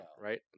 right